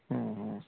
ହୁଁ ହୁଁ